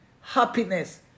happiness